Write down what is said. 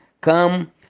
come